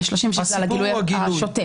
ו-36 זה על הגילוי השוטף.